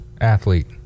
athlete